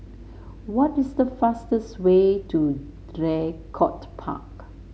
what is the fastest way to Draycott Park